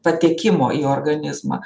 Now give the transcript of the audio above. patekimo į organizmą